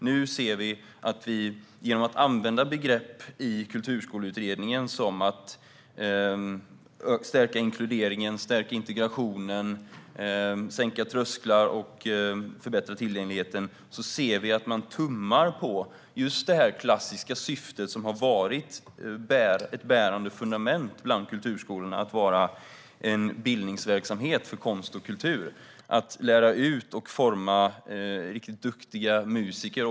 Nu ser vi att man genom att använda begrepp i Kulturskoleutredningen - till exempel stärka inkluderingen, stärka integrationen, sänka trösklarna och förbättra tillgängligheten - tummar just på det klassiska syftet, som har varit ett bärande fundament bland kulturskolorna, nämligen att vara en bildningsverksamhet i fråga om konst och kultur. Det handlar om att lära ut och om att forma riktigt duktiga musiker.